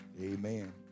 Amen